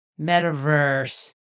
Metaverse